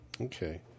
okay